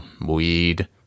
weed